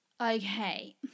Okay